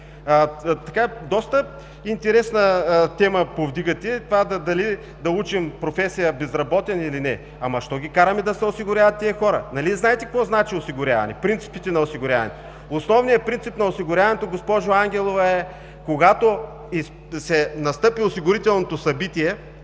Доста интересна тема повдигате – дали да учим професия „безработен“, или не. Но защо ги караме да се осигуряват тези хора? Нали знаете какво значи „осигуряване“, принципите на осигуряването? Основният принцип на осигуряването, госпожо Ангелова, е когато настъпи осигурителното събитие,